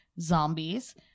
Zombies